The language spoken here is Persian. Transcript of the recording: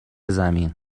زمین